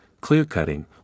clear-cutting